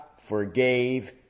forgave